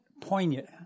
poignant